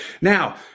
Now